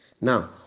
Now